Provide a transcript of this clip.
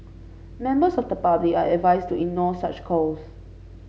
members of the public are advised to ignore such calls